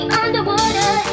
underwater